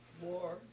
war